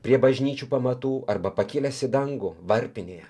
prie bažnyčių pamatų arba pakilęs į dangų varpinėje